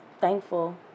thankful